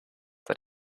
that